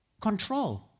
control